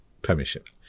Premiership